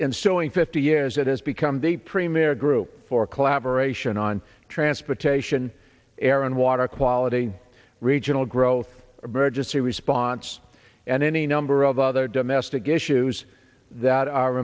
showing fifty years that has become the premier group for collaboration on transportation air and water quality regional growth emergency response and any number of other domestic issues that are